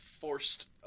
forced